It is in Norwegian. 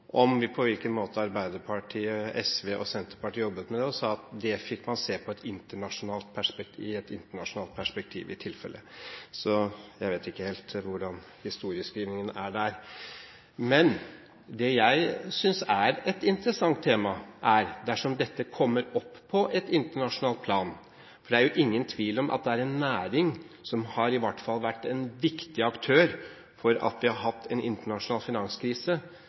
om på hvilken måte Arbeiderpartiet, SV og Senterpartiet jobbet med det, og man sa at det fikk man i tilfelle se i et internasjonalt perspektiv. Jeg vet ikke helt hvordan historieskrivingen er. Det jeg synes er et interessant tema, er at dersom dette kommer opp på et internasjonalt plan – det er ingen tvil om at det er en næring som i hvert fall har vært en viktig aktør for at vi har hatt en internasjonal finanskrise